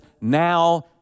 now